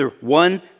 One